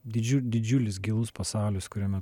dydžiu didžiulis gilus pasaulis kuriame